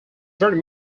very